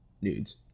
nudes